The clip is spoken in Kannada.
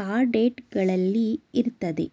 ಕಾರ್ಡೇಟ್ ಗಳಲ್ಲಿ ಇರ್ತದೆ